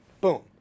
boom